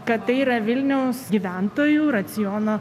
kad tai yra vilniaus gyventojų raciono